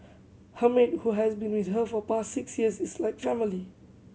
her maid who has been with her for past six years is like family